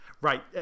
Right